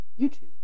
YouTube